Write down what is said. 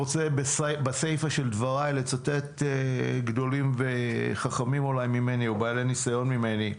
בסיפה של דבריי אני רוצה לצטט גדולים ואולי חכמים ובעלי ניסיון ממני.